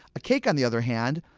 a cake, on the other hand,